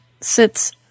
sits